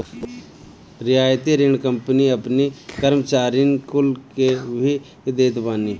रियायती ऋण कंपनी अपनी कर्मचारीन कुल के भी देत बानी